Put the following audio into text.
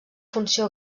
funció